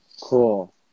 Cool